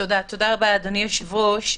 תודה רבה, אדוני היושב-ראש.